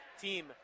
team